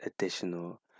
additional